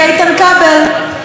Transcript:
אישרנו לקריאה ראשונה.